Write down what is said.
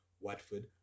Watford